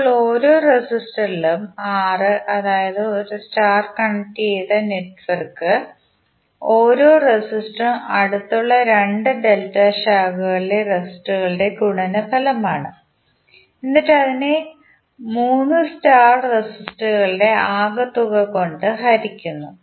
ഇപ്പോൾ ഓരോ റെസിസ്റ്ററിലും R അതായത് ഒരു സ്റ്റാർ ആയി കണക്ട് ചെയ്ത നെറ്റ്വർക്ക് ഇൽ ഓരോ റെസിസ്റ്ററും അടുത്തുള്ള 2 ഡെൽറ്റ ശാഖകളിലെ റെസിസ്റ്ററുകളുടെ ഗുണന ഫലമാണ് എന്നിട്ട് അതിനെ 3 സ്റ്റാർ റെസിസ്റ്ററുകളുടെ ആകെത്തുക കൊണ്ട് ഹരിക്കുന്നു